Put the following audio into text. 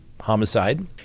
homicide